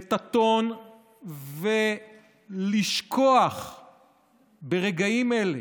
את הטון ולשכוח ברגעים אלה,